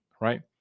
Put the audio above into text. Right